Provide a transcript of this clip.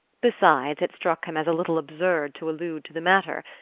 besides, it struck him as a little absurd to allude to the matter.